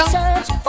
search